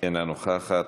אינה נוכחת.